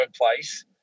workplace